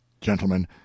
gentlemen